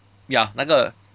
ya 那个